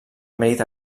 mèrit